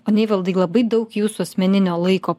o neivaldai labai daug jūsų asmeninio laiko